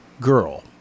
girl